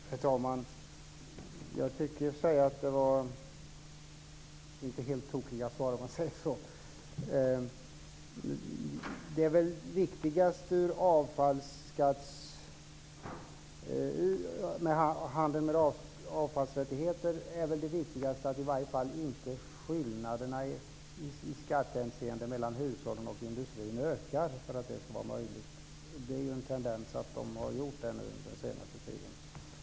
Herr talman! Det var inte helt tokiga svar. När det gäller handeln med avfallsrättigheter är det väl viktigast att skillnaderna i skattehänseende mellan hushållen och industrin ökar. Det är ju en tendens att de har gjort det under den senaste tiden.